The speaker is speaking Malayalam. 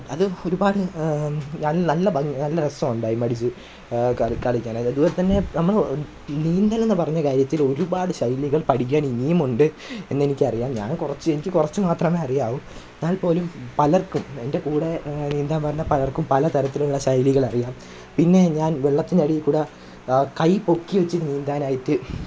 അത് ഒരുപാട് വന്നു നല്ല രസമുണ്ടായി ഡൈമടിച്ചു കളിക്കാൻ അത് ഇപ്പോൾ തന്നെ നീന്തൽ എന്നു പറഞ്ഞ കാര്യത്തില് ഒരുപാട് ശൈലികള് പഠിക്കാന് ഇനിയും ഉണ്ട് എന്ന് എനിക്കറിയാം ഞാന് കുറച്ച് എനിക്ക് കുറച്ചു മാത്രമേ അറിയാവൂ എന്നാല് പോലും പലര്ക്കും എന്റെ കൂടെ നീന്താന് വരുന്ന പലര്ക്കും പലതരത്തിലുള്ള ശൈലികള് അറിയാം പിന്നെ ഞാന് വെള്ളത്തിന്റെ അടിയിൽ കൂടി കൈ പൊക്കി വെച്ചു നീന്താനായിട്ട്